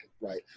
right